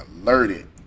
alerted